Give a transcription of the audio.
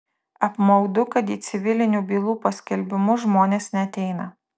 apmaudu kad į civilinių bylų paskelbimus žmonės neateina